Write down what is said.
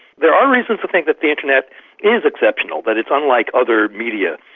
there are reasons to think that the internet is exceptional, that it's unlike other media,